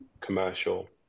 commercial